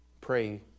pray